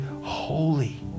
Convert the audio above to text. holy